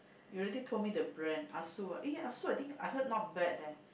you already told me the brand Asus ah eh Asus I think I heard not bad leh